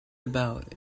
about